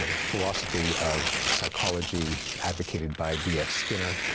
ah philosophy of psychology advocated by b f. skinner,